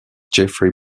jeffrey